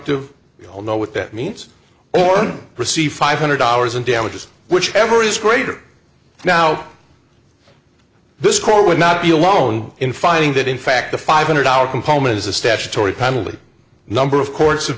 all know what that means or receive five hundred dollars in damages whichever is greater now the score would not be alone in finding that in fact the five hundred dollar component is a statutory penalty number of courts have